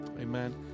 Amen